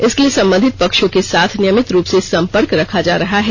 इसके लिए संबंधित पक्षों के साथ नियमित रूप से संपर्क रखा जा रहा है